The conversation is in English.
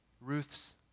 Ruth's